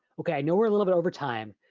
okay, i know we're a little bit over time.